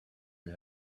you